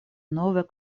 nove